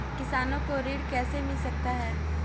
किसानों को ऋण कैसे मिल सकता है?